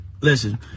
listen